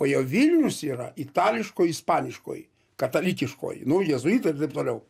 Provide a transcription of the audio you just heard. o jau vilnius yra itališkoji ispaniškoji katalikiškoji nu jėzuitai ir taip toliau